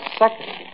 second